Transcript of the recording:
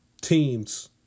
teams